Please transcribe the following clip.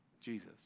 Jesus